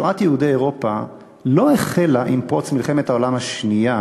שואת יהודי אירופה לא החלה עם פרוץ מלחמת העולם השנייה